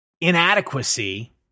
inadequacy